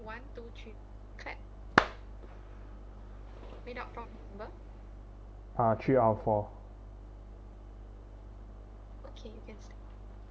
uh three out of four